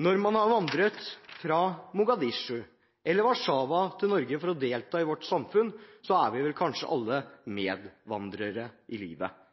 Når man har vandret fra Mogadishu eller Warszawa til Norge for å delta i vårt samfunn, er vi vel kanskje alle medvandrere i livet.